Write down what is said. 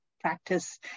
practice